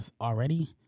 already